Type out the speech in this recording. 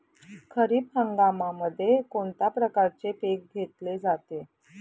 खरीप हंगामामध्ये कोणत्या प्रकारचे पीक घेतले जाते?